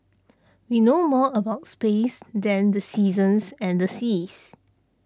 we know more about space than the seasons and the seas